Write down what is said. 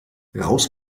raus